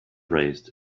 raised